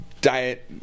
diet